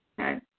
Okay